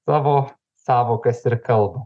savo sąvokas ir kalbą